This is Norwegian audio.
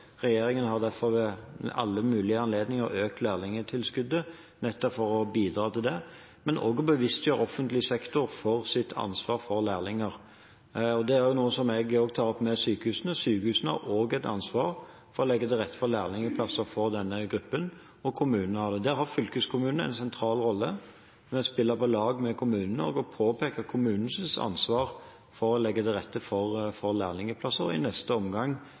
Regjeringen har derfor ved alle mulige anledninger økt lærlingtilskuddet, nettopp for å bidra til det, men også for å bevisstgjøre offentlig sektor om sitt ansvar for lærlinger. Det er noe jeg tar opp med sykehusene. De har også et ansvar for å legge til rette for lærlingplasser for denne gruppen. Også kommunene har det. Der har fylkeskommunene en sentral rolle i å spille på lag med kommunene og påpeke kommunenes ansvar for å legge til rette for lærlingplasser, og selvfølgelig i neste omgang